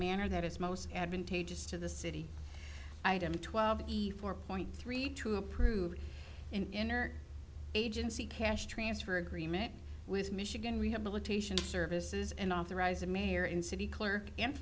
manner that is most advantageous to the city and twelve four point three two approved inner agency cash transfer agreement with michigan rehabilitation services and authorized the mayor and city clerk and